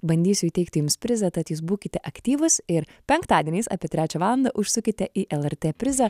bandysiu įteikti jums prizą tad jūs būkite aktyvūs ir penktadieniais apie trečią valandą užsukite į lrt prizą